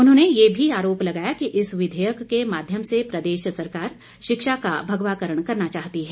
उन्होंने ये भी आरोप लगाया कि इस विधेयक के माध्यम से प्रदेश सरकार शिक्षा का भगवाकरण करना चाहती है